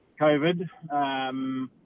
COVID